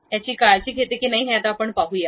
याची काळजी घेते की नाही ते आपण पाहूया